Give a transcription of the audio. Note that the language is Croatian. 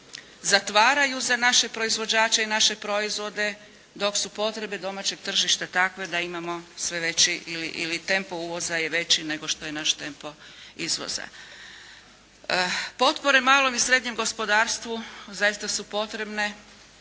zatvaraju za naše proizvođače i naše proizvode, dok su potrebe domaćeg tržišta takve da imamo sve veći ili tempo uvoza je veći nego što je naš tempo izvoza. Potpore malom i srednjem gospodarstvu, zaista su potrebne,